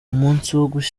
gushyingura